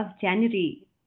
January